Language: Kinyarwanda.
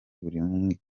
buri